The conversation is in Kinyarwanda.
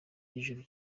gikuru